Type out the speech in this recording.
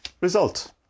Result